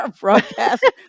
broadcast